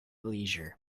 leisure